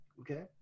okay